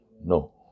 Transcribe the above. No